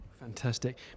Fantastic